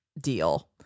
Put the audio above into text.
deal